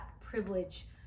privilege